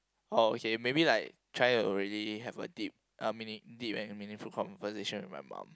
oh okay maybe like try to really have a deep uh meaning deep and meaningful conversation with my mom